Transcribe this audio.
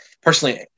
personally